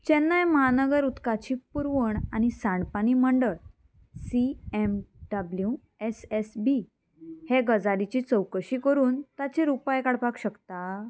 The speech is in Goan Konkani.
चेन्नय महानगर उदकाची पुरवण आनी साणपानी मंडळ C M W S S B हे गजालीची चवकशी करून ताचेर उपाय काडपाक शकता